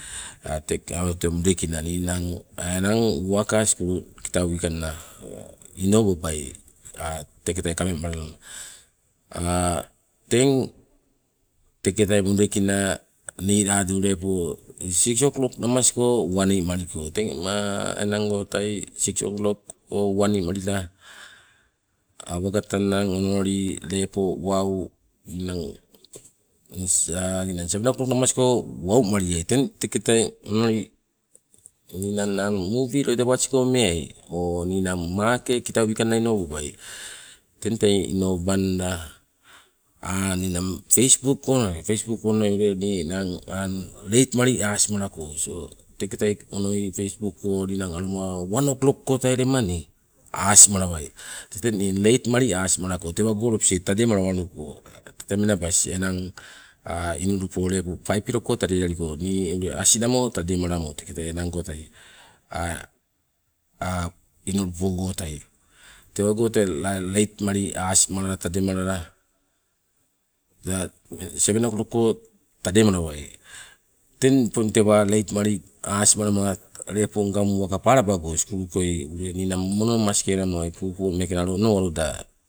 Teng te mudekina ninang enang uwaka kitau wikanng inobabai, teketai kamemalala teng teketai mudekina niladu lepo six o klok namas uwani maliko, teng enang go tai six o klok go uwani malila, awagapta nanang onoli lepo wau ninang seven o klok go wau maliai. Teng teketai onoli nii ninang muvi loida wats go meai, ninang maake kitau wikanne inobdoai, teng tei inobanda ninang feisbuk go meai, feisbuk go onoi ule ninang aang leit mali asimalako, so teketai onoi feisbuk ko aloma wan o klok go tai lema nii asimawai. Tete leit mali asi malako tewango nii lobisai tademalako, tete menabas enang inulupo paip kilok ko tadealiko, nii ule asinamo tedemalamo teketai enang go tai inulupo go tai. Tewago tete late mali asimalala tademalala seven o klok go tademalawai, teng opong tewa leit mali asimalama lepo ngang uwaka palababai sukulu koi ninang mono maskelamowai popo lepo nalo onowaloda